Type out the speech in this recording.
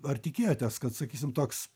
ar tikėjotės kad sakysim toks